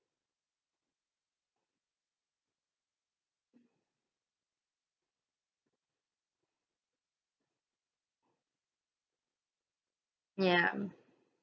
yeah